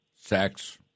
sex